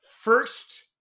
first